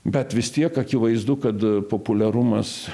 bet vis tiek akivaizdu kad populiarumas